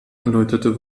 erläuterte